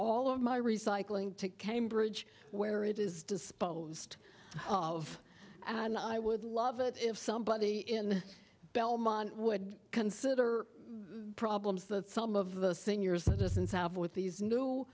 all of my recycling to cambridge where it is disposed of and i would love it if somebody in belmont would consider problems that some of the senior citizens out of with these